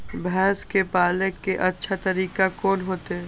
भैंस के पाले के अच्छा तरीका कोन होते?